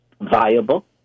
viable